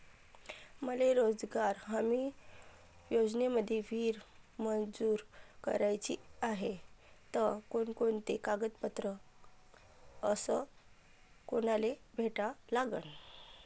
मले रोजगार हमी योजनेमंदी विहीर मंजूर कराची हाये त कोनकोनते कागदपत्र अस कोनाले भेटा लागन?